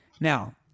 Now